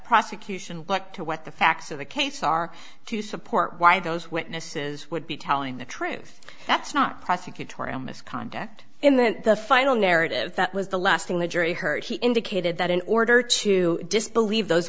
prosecution to what the facts of the case are to support why those witnesses would be telling the truth that's not prosecutorial misconduct in that the final narrative that was the last thing the jury heard he indicated that in order to disbelieve those